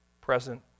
present